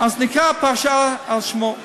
נקראה פרשה על שמו.